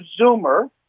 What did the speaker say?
Zoomer